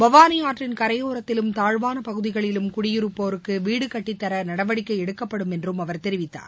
பவாளி ஆற்றின் கரையோரத்திலும் தாழ்வான பகுதிகளிலும் குடியிருப்போருக்கு வீடு கட்டித்தா நடவடிக்கை எடுக்கப்படும் என்றும் அவர் தெரிவித்தார்